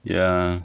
ya